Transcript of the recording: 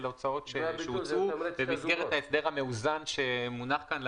אלה הוצאות שהוצאו במסגרת ההסדר המאוזן שמונח כאן,